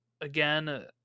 again